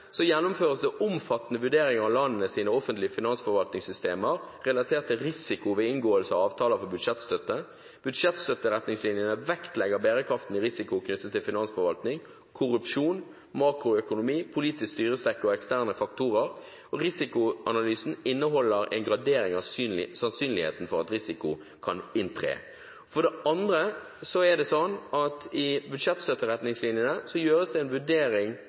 gjennomføres det omfattende vurderinger av landenes offentlige finansforvaltningssystemer relatert til risiko ved inngåelse av avtaler for budsjettstøtte. Budsjettstøtteretningslinjene vektlegger bærekraften i risiko knyttet til finansforvaltning, korrupsjon, makroøkonomi, politisk styresett og eksterne faktorer, og risikoanalysen inneholder en gradering av sannsynligheten for at risiko kan inntre. For det andre er det sånn at det i budsjettstøtteretningslinjene gjøres en vurdering – i tråd med dem skal det gjøres en vurdering